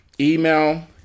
email